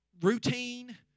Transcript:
routine